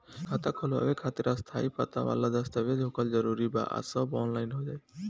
खाता खोलवावे खातिर स्थायी पता वाला दस्तावेज़ होखल जरूरी बा आ सब ऑनलाइन हो जाई?